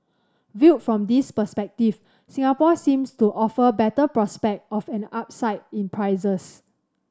viewed from this perspective Singapore seems to offer better prospects of an upside in prices